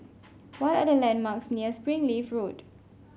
what are the landmarks near Springleaf Road